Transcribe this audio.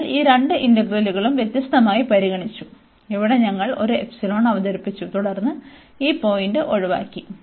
അതിനാൽ ഈ രണ്ട് ഇന്റഗ്രലുകളും വ്യത്യസ്തമായി പരിഗണിച്ചു ഇവിടെ ഞങ്ങൾ ഒരു എപ്സിലോൺ അവതരിപ്പിച്ചു തുടർന്ന് ഈ പോയിന്റ് ഒഴിവാക്കി